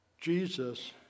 Jesus